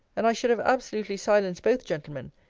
and i should have absolutely silenced both gentlemen,